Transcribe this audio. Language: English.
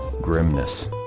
grimness